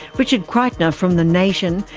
richard kreitner from the nation,